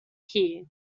here